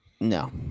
No